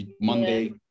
Monday